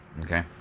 Okay